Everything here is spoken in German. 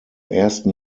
ersten